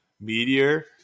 meteor